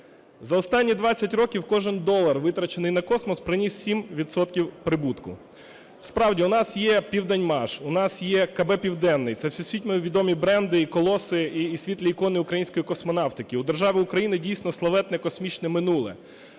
За останні 20 років кожен долар, витрачений на космос, приніс 7 відсотків прибутку. Справді в нас є "Південмаш", у нас є КБ "Південне". Це всесвітньовідомі бренди і колоси, і світлі ікони української космонавтики. У держави Україна дійсно славетне космічне минуле,